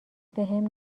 بهم